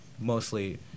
mostly